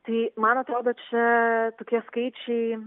tai man atrodo čia tokie skaičiai